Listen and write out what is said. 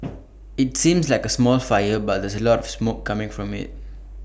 IT seems like A small fire but there's A lots of smoke coming from IT